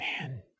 Man